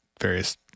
various